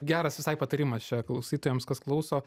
geras visai patarimas čia klausytojams kas klauso